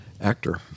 actor